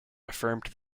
affirmed